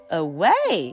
away